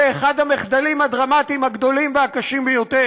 זה אחד המחדלים הדרמטיים הגדולים והקשים ביותר.